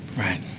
right.